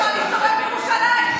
אי-אפשר להסתובב בירושלים.